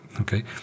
Okay